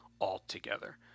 altogether